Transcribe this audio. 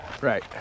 Right